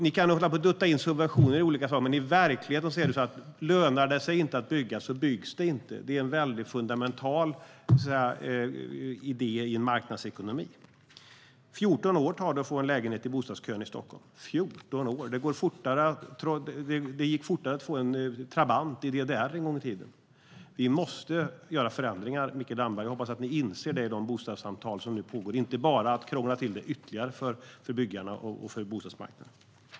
Ni kan hålla på och dutta med subventioner i olika former, men i verkligheten är det så att om det inte lönar sig att bygga så byggs det inte. Det är en fundamental idé i en marknadsekonomi. Det tar 14 år att få en lägenhet genom bostadskön i Stockholm. Det gick fortare att få en Trabant i DDR en gång i tiden. Vi måste göra förändringar, Mikael Damberg. Jag hoppas att ni inser det i de bostadssamtal som pågår och inte bara krånglar till det ytterligare för byggare och bostadsmarknaden.